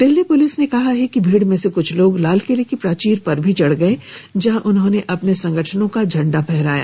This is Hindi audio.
दिल्ली पुलिस ने कहा है कि भीड़ में से कुछ लोग लालकिले की प्राचीर पर भी चढ़ गए जहां उन्होंने अपने संगठनों का झंडा फहराया